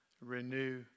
renew